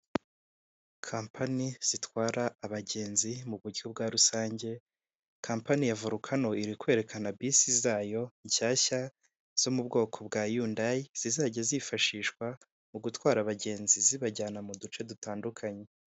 Kampani zitwara abagenzi mu buryo bwa rusange, kampani ya Vorokano iri kwerekana bisi zayo nshyashya zo mu bwoko bwa Yundayi zizajya zifashishwa mu gutwara abagenzi zibajyana mu duce dutandukanye.